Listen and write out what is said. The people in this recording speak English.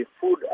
food